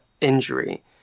injury